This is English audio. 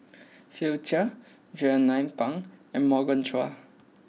Philip Chia Jernnine Pang and Morgan Chua